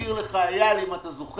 להזכיר לך, אייל, אם אתה זוכר,